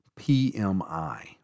PMI